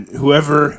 whoever